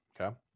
okay